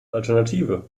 alternative